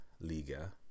Liga